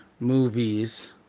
movies